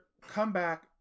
comeback